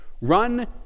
Run